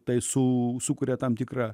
tai su sukuria tam tikra